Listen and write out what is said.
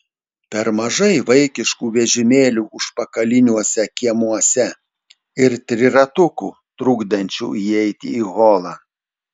per mažai vaikiškų vežimėlių užpakaliniuose kiemuose ir triratukų trukdančių įeiti į holą